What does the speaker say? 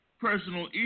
personal